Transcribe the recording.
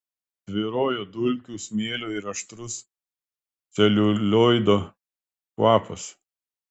tvyrojo dulkių smėlio ir aštrus celiulioido kvapas